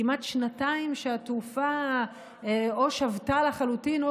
כמעט שנתיים שהתעופה או שבתה לחלוטין או